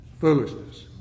foolishness